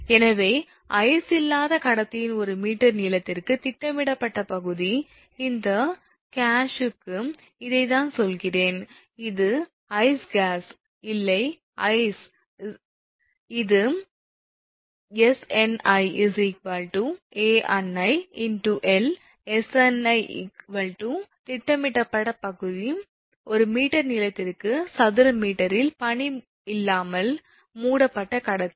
எனவே ஐஸ் இல்லாத கடத்தியின் ஒரு மீட்டர் நீளத்திற்கு திட்டமிடப்பட்ட பகுதி இந்த கேஸுக்கு இதைத்தான் சொல்கிறேன் இது ஐஸ் கேஸ் இல்லை ஐஸ் இது 𝑆𝑛𝑖𝐴𝑛𝑖×𝑙 𝑆𝑛𝑖 திட்டமிடப்பட்ட பகுதி ஒரு மீட்டர் நீளத்திற்கு சதுர மீட்டரில் பனி இல்லாமல் மூடப்பட்ட கடத்தி